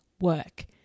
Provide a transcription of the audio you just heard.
work